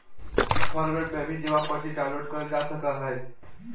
image format में भी जमा पर्ची डाउनलोड करल जा सकय हय